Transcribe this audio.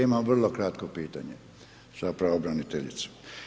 Imam vrlo kratko pitanje za pravobraniteljicu.